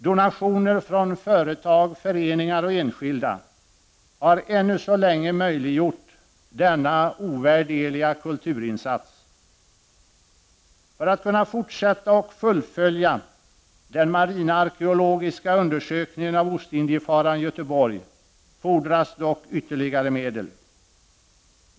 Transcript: Donationer från företag, föreningar och enskilda har ännu så länge möjliggjort denna ovärderliga kulturinsats. För att kunna fortsätta och fullfölja den marinarkeologiska undersökningen av Ostindiefararen Götheborg fordras dock ytterligare medel.